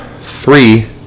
Three